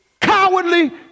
cowardly